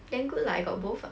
then good lah I got both ah